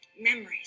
memories